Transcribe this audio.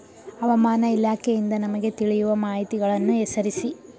ಹವಾಮಾನ ಇಲಾಖೆಯಿಂದ ನಮಗೆ ತಿಳಿಯುವ ಮಾಹಿತಿಗಳನ್ನು ಹೆಸರಿಸಿ?